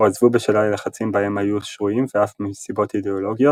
או עזבו בשל הלחצים בהם היו שרויים ואף מסיבות אידאולוגיות,